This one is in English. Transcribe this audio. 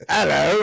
Hello